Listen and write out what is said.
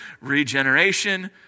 regeneration